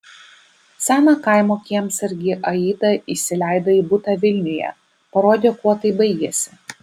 seną kaimo kiemsargį aida įsileido į butą vilniuje parodė kuo tai baigėsi